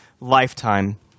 lifetime